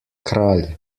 kralj